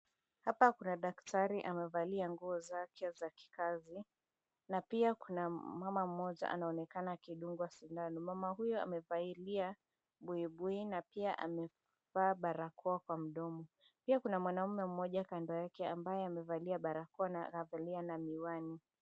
Hapa kuna daktari amevalia nguo zake za kikazi na pia kuna mama mmoja anaonekana akidungwa sindano. Mama huyo amevalia buibui na pia amevaa barakoa kwa mdomo. Pia kuna mwanaume mmoja kando yake ambaye amevalia barakoa na anavalia na miwani.